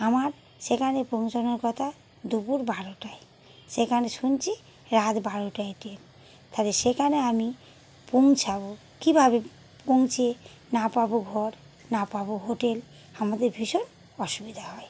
আমার সেখানে পৌঁছানোর কথা দুপুর বারোটায় সেখানে শুনছি রাত বারোটায় ট্রেন তাহলে সেখানে আমি পৌঁছাবো কীভাবে পৌঁছে না পাবো ঘর না পাবো হোটেল আমাদের ভীষণ অসুবিধা হয়